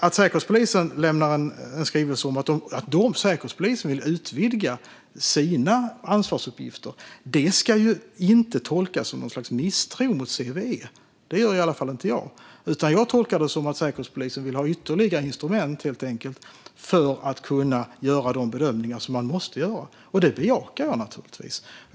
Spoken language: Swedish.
Att Säkerhetspolisen vill utvidga sina ansvarsuppgifter ska inte tolkas som något slags misstroende mot CVE. Det gör i alla fall inte jag, utan jag tolkar det som att Säkerhetspolisen helt enkelt vill ha ytterligare instrument för att kunna göra de bedömningar som man måste göra. Det bejakar jag naturligtvis.